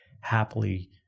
happily